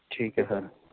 ਠੀਕ ਐ ਸਰ